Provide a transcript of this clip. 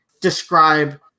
describe